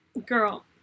Girl